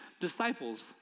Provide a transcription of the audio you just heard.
disciples